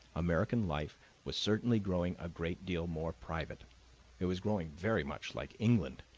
american life was certainly growing a great deal more private it was growing very much like england.